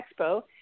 Expo